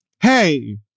hey